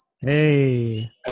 Hey